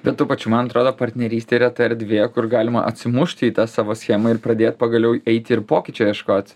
bet tuo pačiu man atrodo partnerystė yra ta erdvė kur galima atsimušti į tą savo schemą ir pradėt pagaliau eiti ir pokyčio ieškot